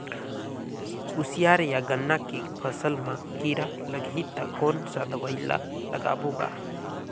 कोशियार या गन्ना के फसल मा कीरा लगही ता कौन सा दवाई ला लगाबो गा?